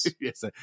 Yes